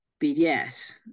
BDS